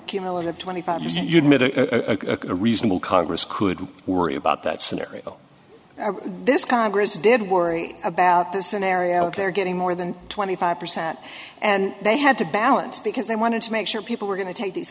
cumulative twenty five percent you admit a reasonable congress could worry about that scenario this congress did worry about the scenario they're getting more than twenty five percent and they had to balance because they wanted to make sure people were going to take these